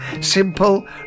simple